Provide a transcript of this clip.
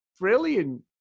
brilliant